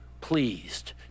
pleased